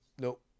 nope